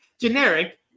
generic